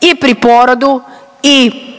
i pri porodu i u trenutku